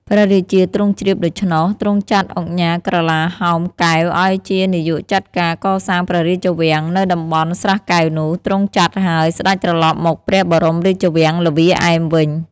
ព្រះរាជាទ្រង់ជ្រាបដូច្នោះ ទ្រង់ចាត់ឧកញ៉ាក្រឡាហោម កែវ ឲ្យជានាយកចាត់ការកសាងព្រះរាជវាំងនៅតំបន់ស្រះកែវនោះ ទ្រង់ចាត់ហើយ ស្ដេចត្រឡប់មកព្រះបរមរាជវាំងល្វាឯមវិញ ។